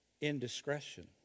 indiscretion